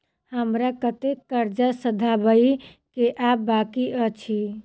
हमरा कतेक कर्जा सधाबई केँ आ बाकी अछि?